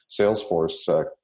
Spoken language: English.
Salesforce